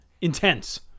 intense